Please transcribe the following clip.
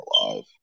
alive